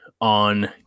on